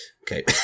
okay